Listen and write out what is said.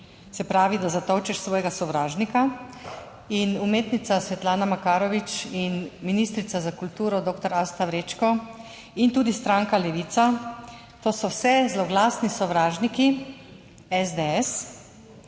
se pravi, da zatolčeš svojega sovražnika, in umetnica Svetlana Makarovič in ministrica za kulturo doktor Asta Vrečko in tudi stranka Levica, to so vse zloglasni sovražniki SDS,